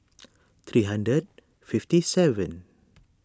three hundred fifty seven